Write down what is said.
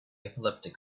epileptic